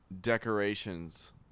decorations